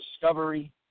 discovery